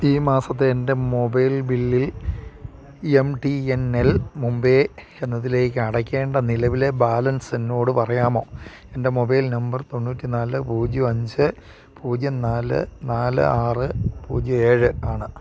ഈ മാസത്തെ എന്റെ മൊബൈൽ ബില്ലിൽ എം ടി എൻ എൽ മുമ്പേ എന്നതിലേക്കടയ്ക്കേണ്ട നിലവിലേ ബാലൻസെന്നോടു പറയാമോ എന്റെ മൊബൈൽ നമ്പർ തൊണ്ണൂറ്റി നാല് പൂജ്യം അഞ്ച് പൂജ്യം നാല് നാല് ആറ് പൂജ്യം ഏഴ് ആണ്